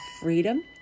freedom